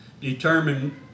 determine